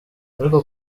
ariko